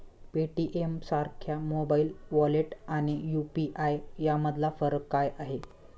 पेटीएमसारख्या mobile wallet आणि UPI यामधला फरक काय आहे?